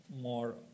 more